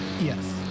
Yes